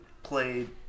Played